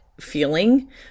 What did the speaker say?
feeling